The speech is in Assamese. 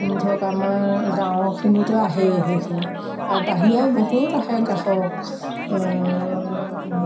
ধৰক আমাৰ গাঁৱৰখিনিতো আহেই সেইখিনি আৰু বাহিৰাও বহুত আহে গ্ৰাহক